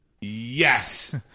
Yes